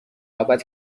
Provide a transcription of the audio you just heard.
ابد